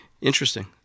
Interesting